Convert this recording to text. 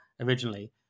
originally